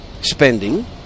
spending